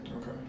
okay